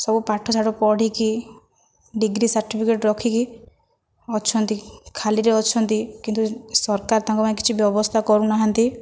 ସବୁ ପାଠଶାଠ ପଢ଼ିକି ଡିଗ୍ରୀ ସାର୍ଟିଫିକେଟ୍ ରଖିକି ଅଛନ୍ତି ଖାଲିରେ ଅଛନ୍ତି କିନ୍ତୁ ସରକାର ତାଙ୍କ ପାଇଁ କିଛି ବ୍ୟବସ୍ଥା କରୁନାହାନ୍ତି